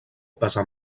pesar